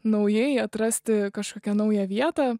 naujai atrasti kažkokią naują vietą